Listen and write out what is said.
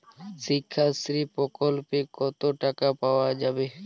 শিক্ষাশ্রী প্রকল্পে কতো টাকা পাওয়া যাবে?